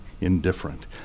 indifferent